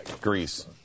Greece